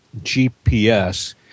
GPS